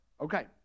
Okay